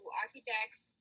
architects